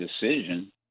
decision